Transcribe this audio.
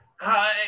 Hi